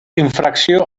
infracció